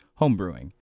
homebrewing